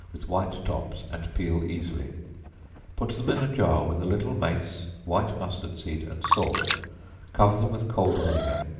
with white tops, and peel easily put them in a jar with a little mace, white mustard seed and salt cover them with cold vinegar,